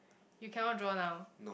you cannot draw now